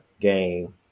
game